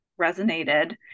resonated